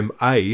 MA